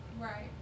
Right